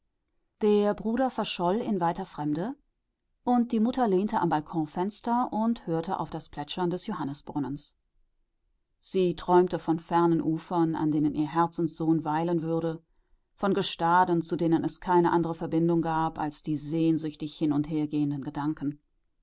der bruder verscholl in weiter fremde und die mutter lehnte am balkonfenster und hörte auf das plätschern des johannisbrunnens sie träumte von fernen ufern an denen ihr herzenssohn weilen würde von gestaden zu denen es keine andere verbindung gab als die sehnsüchtig hin und her gehenden gedanken